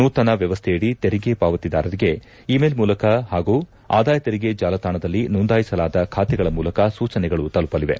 ನೂತನ ವ್ಯವಸ್ಥೆಯಡಿ ತೆರಿಗೆ ಪಾವತಿದಾರರಿಗೆ ಇ ಮೇಲ್ ಮೂಲಕ ಹಾಗೂ ಆದಾಯ ತೆರಿಗೆ ಜಾಲತಾಣದಲ್ಲಿ ನೋಂದಾಯಿಸಲಾದ ಖಾತೆಗಳ ಮೂಲಕ ಸೂಚನೆಗಳು ತಲುಪಲಿದೆ